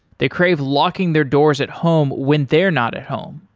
they crave locking their doors at home when they're not at home.